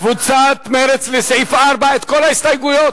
קבוצת מרצ לסעיף 4, את כל ההסתייגויות?